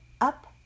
up